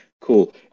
cool